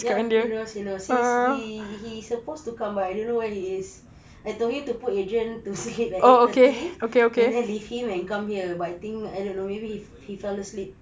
ya he knows he knows he's he he he supposed to come by I don't know where he is I told him to put adrian to sleep at eight thirty then leave him and come here but I think I don't know maybe he he fell asleep